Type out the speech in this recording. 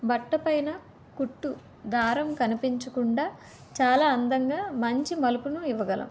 బట్టపైన కుట్టు దారం కనిపించకుండా చాలా అందంగా మంచి మలుపులను ఇవ్వగలం